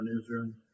newsroom